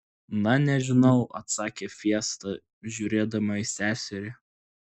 na nežinau atsakė fiesta žiūrėdama į seserį